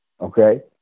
okay